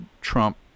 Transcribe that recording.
Trump